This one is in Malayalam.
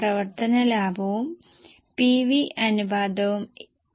പ്രൊജക്ഷന് ഉപയോഗപ്രദമായ ചില വിവരങ്ങൾ നിങ്ങൾ കണ്ടെത്തുന്നിടത്തെല്ലാം അടിവരയിടേണ്ടതുണ്ട്